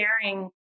sharing